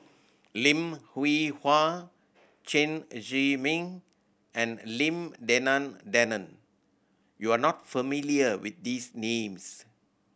Lim Hwee Hua Chen Zhiming and Lim Denan Denon you are not familiar with these names